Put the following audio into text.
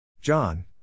John